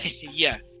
Yes